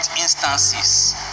instances